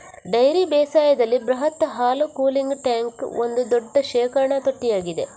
dairy ಬೇಸಾಯದಲ್ಲಿ ಬೃಹತ್ ಹಾಲು ಕೂಲಿಂಗ್ ಟ್ಯಾಂಕ್ ಒಂದು ದೊಡ್ಡ ಶೇಖರಣಾ ತೊಟ್ಟಿಯಾಗಿದೆ